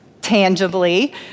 tangibly